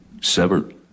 severed